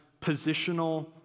positional